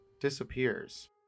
disappears